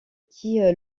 qui